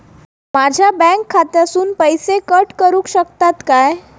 माझ्या बँक खात्यासून पैसे कट करुक शकतात काय?